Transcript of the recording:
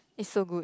is so good